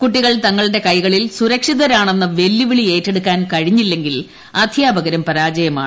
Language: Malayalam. കുട്ടികൾ തങ്ങളുടെ കൈകളിൽ സ്റ്റ്രക്ഷിതരാണെന്ന വെല്ലുവിളി ഏറ്റെടുക്കാൻ കഴിഞ്ഞില്ലെങ്കിൽ അധ്യാപ്പക്കുംപരാജയമാണ്